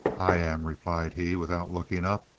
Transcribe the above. i am, replied he, without looking up.